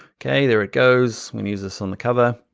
okay, there it goes. we use this on the cover.